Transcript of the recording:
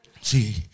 see